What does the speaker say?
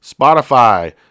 Spotify